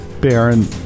Baron